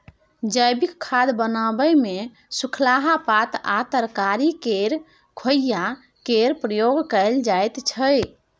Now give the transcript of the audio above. जैबिक खाद बनाबै मे सुखलाहा पात आ तरकारी केर खोंइचा केर प्रयोग कएल जाइत छै